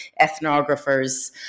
ethnographers